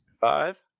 Five